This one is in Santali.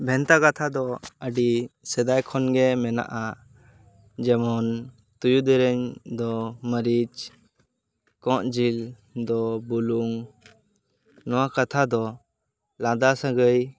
ᱵᱷᱮᱱᱛᱟ ᱠᱟᱛᱷᱟ ᱫᱚ ᱟᱹᱰᱤ ᱥᱮᱫᱟᱭ ᱠᱷᱚᱱ ᱜᱮ ᱢᱮᱱᱟᱜᱼᱟ ᱡᱮᱢᱚᱱ ᱛᱩᱭᱩ ᱫᱮᱨᱮᱧ ᱫᱚ ᱢᱟᱹᱨᱤᱪ ᱠᱚᱜ ᱡᱤᱞ ᱫᱚ ᱵᱩᱞᱩᱝ ᱱᱚᱶᱟ ᱠᱟᱛᱷᱟ ᱫᱚ ᱞᱟᱸᱫᱟ ᱥᱟᱹᱜᱟᱹᱭ